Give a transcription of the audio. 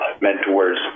mentors